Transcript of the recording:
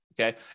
okay